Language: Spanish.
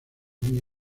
muy